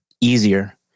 easier